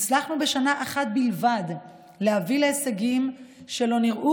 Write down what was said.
הצלחנו בשנה אחת בלבד להביא להישגים שלא נראו